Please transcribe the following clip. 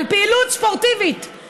על פעילות ספורטיבית,